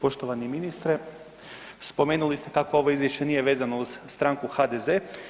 Poštovani ministre, spomenuli ste kako ovo izvješće nije vezano uz stranku HDZ.